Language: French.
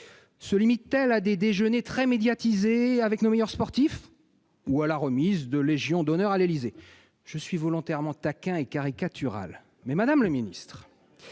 Se limite-t-elle à l'organisation de déjeuners très médiatisés avec nos meilleurs sportifs et à la remise de Légions d'honneur à l'Élysée ? Je suis volontairement taquin et caricatural, mais, madame le ministre,